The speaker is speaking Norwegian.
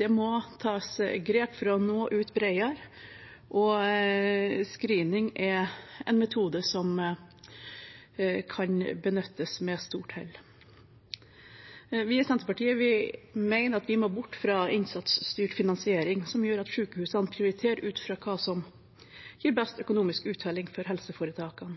Det må tas grep for å nå ut bredere, og screening er en metode som kan benyttes med stort hell. Vi i Senterpartiet mener at vi må bort fra innsatsstyrt finansiering, som gjør at sykehusene prioriterer ut fra hva som gir best økonomisk uttelling for helseforetakene.